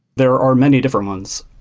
there are many different ones.